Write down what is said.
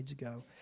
ago